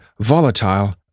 volatile